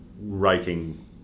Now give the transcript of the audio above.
writing